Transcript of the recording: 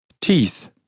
Teeth